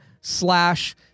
slash